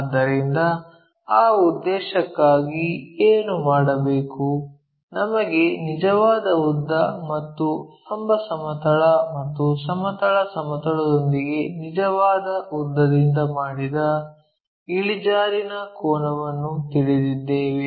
ಆದ್ದರಿಂದ ಆ ಉದ್ದೇಶಕ್ಕಾಗಿ ಏನು ಮಾಡಬೇಕು ನಮಗೆ ನಿಜವಾದ ಉದ್ದ ಮತ್ತು ಲಂಬ ಸಮತಲ ಮತ್ತು ಸಮತಲ ಸಮತಲದೊಂದಿಗೆ ನಿಜವಾದ ಉದ್ದದಿಂದ ಮಾಡಿದ ಇಳಿಜಾರಿನ ಕೋನವನ್ನು ತಿಳಿದಿದ್ದೇವೆ